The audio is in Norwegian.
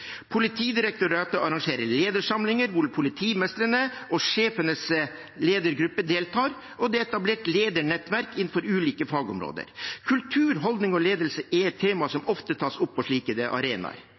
Politidirektoratet arrangerer ledersamlinger hvor politimesterne og sjefenes ledergruppe deltar, og det er etablert ledernettverk innenfor ulike fagområder. Kultur, holdning og ledelse er et tema som